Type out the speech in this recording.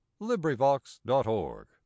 LibriVox.org